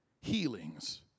healings